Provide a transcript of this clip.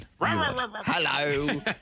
Hello